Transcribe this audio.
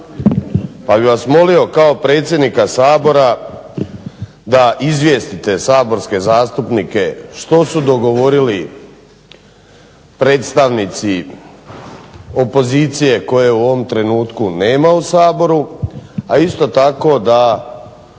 Pa bih vas molio kao predsjednika Sabora da izvijestite saborske zastupnike što su dogovorili predstavnici opozicije kojih u ovom trenutku nema u Saboru a isto tako da